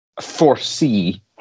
foresee